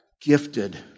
gifted